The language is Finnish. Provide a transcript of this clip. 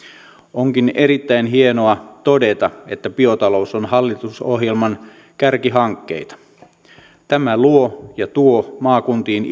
onkin erittäin hienoa todeta että biotalous on hallitusohjelman kärkihankkeita tämä luo ja tuo maakuntiin